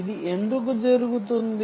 ఇది ఎందుకు జరుగుతుంది